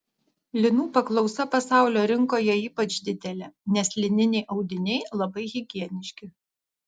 linų paklausa pasaulio rinkoje ypač didelė nes lininiai audiniai labai higieniški